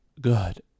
good